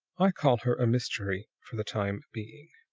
i call her a mystery, for the time being.